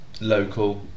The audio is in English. local